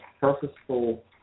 purposeful